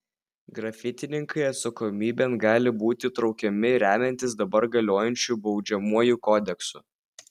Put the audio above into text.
grafitininkai atsakomybėn gali būti traukiami remiantis dabar galiojančiu baudžiamuoju kodeksu